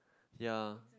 ya